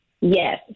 Yes